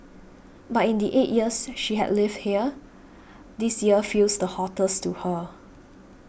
but in the eight years she had lived here this year feels the hottest to her